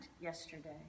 yesterday